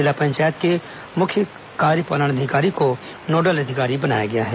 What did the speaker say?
जिला पंचायत के मुख्य कार्यपालन अधिकारी को नोडल अधिकारी बनाया गया है